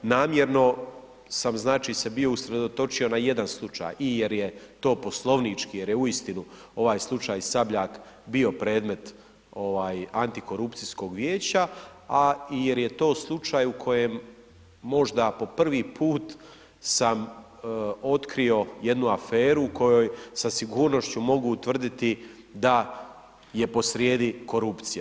Namjerno sam znači se bio usredotočio na jedan slučaj i jer je to poslovnički, jer je uistinu ovaj slučaj Sabljak bio predmet ovaj antikorupcijskog vijeća, a i jer je to slučaj u kojem možda po prvi put sam otkrio jednu aferu u kojoj sa sigurnošću mogu utvrditi da je posrijedi korupcija.